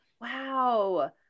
Wow